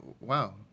Wow